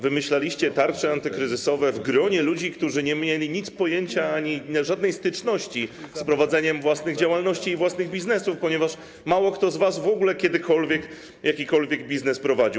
Wymyślaliście tarcze antykryzysowe w gronie ludzi, którzy nie mieli pojęcia ani żadnej styczności z prowadzeniem własnych działalności i własnych biznesów, ponieważ mało kto z was w ogóle kiedykolwiek jakikolwiek biznes prowadził.